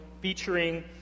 featuring